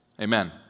amen